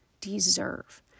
deserve